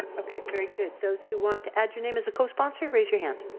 very good, those who want to add your name as a cosponsor raise your hand.